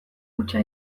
hutsa